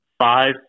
five